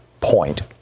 point